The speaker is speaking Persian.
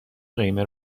قیمه